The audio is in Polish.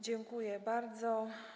Dziękuję bardzo.